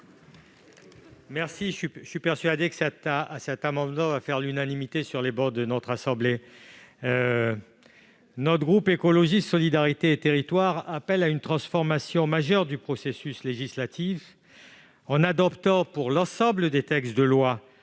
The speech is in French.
Je suis persuadé que cet amendement va faire l'unanimité sur ces travées ! Le groupe Écologiste-Solidarité et Territoires appelle à une transformation majeure du processus législatif en adoptant, pour l'ensemble des textes de loi